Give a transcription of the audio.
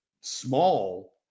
small